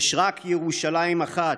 יש רק ירושלים אחת".